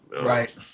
Right